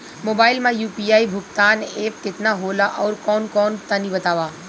Mobile म UPI भुगतान app केतना होला आउरकौन कौन तनि बतावा?